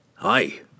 Aye